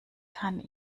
kann